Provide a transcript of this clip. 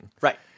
Right